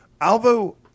alvo